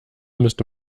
müsste